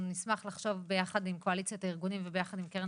אנחנו נשמח לחשוב ביחד עם קואליציית הארגונים וביחד עם "קרן